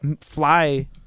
fly